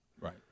Right